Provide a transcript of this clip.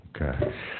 Okay